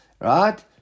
Right